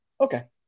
Okay